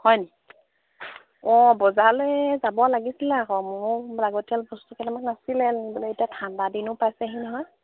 অঁ বজাৰলে যাব লাগিছিলে আকৌ মোৰ লাগতিয়াল বস্তু কেইটামান আছিলে আনিবলে এতিয়া ঠাণ্ডা দিনো পাইছেহি নহয়